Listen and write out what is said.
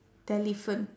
telephant